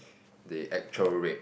the actual rate